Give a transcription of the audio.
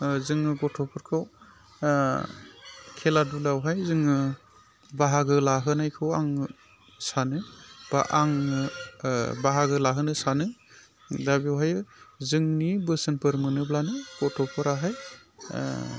जोङो गथ'फोरखौ खेला धुलायावहाय जोङो बाहागो लाहोनायखौ आङो सानो बा आङो बाहागो लाहोनो सानो दा बेवहायो जोंनि बोसोनफोर मोनोब्लानो गथ'फोराहाय